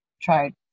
tried